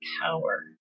power